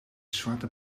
zwarte